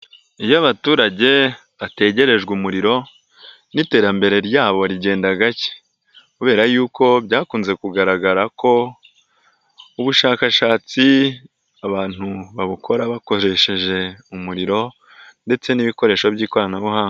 Iyo abaturage bategerejwe umuriro n'iterambere ryabo rigenda gake, kubera y'uko byakunze kugaragara ko ubushakashatsi abantu babukora bakoresheje umuriro ndetse n'ibikoresho by'ikoranabuhanga.